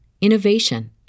innovation